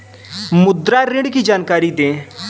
मुद्रा ऋण की जानकारी दें?